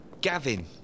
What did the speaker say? Gavin